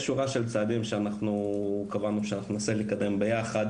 יש שורה של צעדים שאנחנו קבענו שננסה לקדם ביחד